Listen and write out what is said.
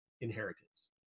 inheritance